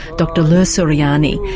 dr luh suryani,